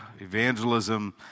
evangelism